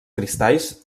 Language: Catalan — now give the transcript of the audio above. cristalls